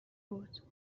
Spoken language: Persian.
بود